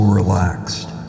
relaxed